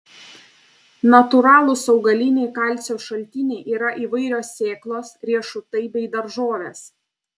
natūralūs augaliniai kalcio šaltiniai yra įvairios sėklos riešutai bei daržovės